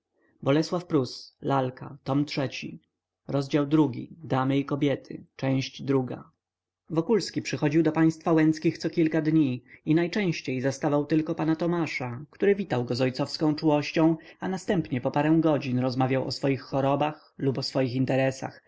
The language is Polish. że tu nie wysiądę o ja nieszczęśliwy z takiem podłem usposobieniem wokulski przychodził do państwa łęckich co kilka dni i najczęściej zastawał tylko pana tomasza który witał go z ojcowską czułością a następnie po parę godzin rozmawiał o swoich chorobach lub o swoich interesach